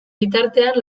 bitartean